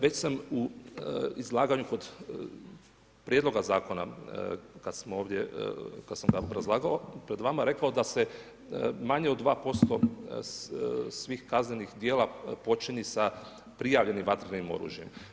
Već sam u izlaganju kod Prijedloga zakona kad smo ovdje, kad sam ga obrazlagao pred vama rekao da se manje od 2% svih kaznenih djela počini sa prijavljenim vatrenim oružjem.